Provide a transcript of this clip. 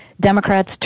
Democrats